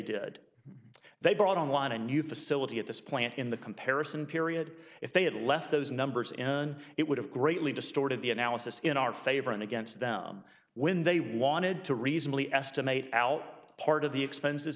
did they brought online a new facility at this plant in the comparison period if they had left those numbers in it would have greatly distorted the analysis in our favor and against them when they wanted to reasonably estimate out part of the expenses